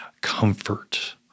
comfort